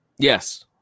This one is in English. Yes